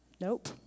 Nope